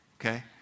okay